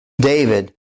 David